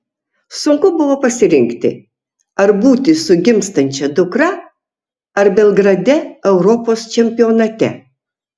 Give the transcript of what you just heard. sunku buvo pasirinkti ar būti su gimstančia dukra ar belgrade europos čempionate